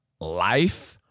life